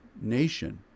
nation